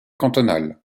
cantonales